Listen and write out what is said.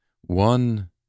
one